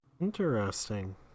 Interesting